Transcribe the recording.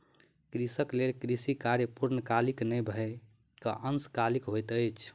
कृषक लेल कृषि कार्य पूर्णकालीक नै भअ के अंशकालिक होइत अछि